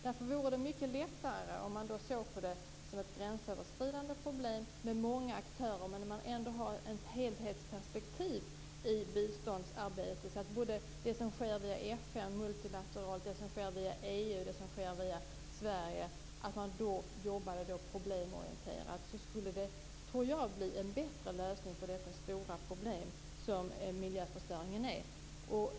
Därför vore det mycket lättare om man såg på det som ett gränsöverskridande problem med många aktörer men där man ändå har ett helhetsperspektiv i biståndsarbetet. Om man jobbade problemorienterat med det som sker via FN multilateralt, det som sker via EU och det som sker via Sverige, då tror jag att det skulle bli en bättre lösning på det stora problem som miljöförstöringen utgör.